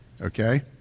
Okay